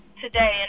today